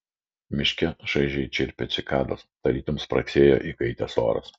miške šaižiai čirpė cikados tarytum spragsėjo įkaitęs oras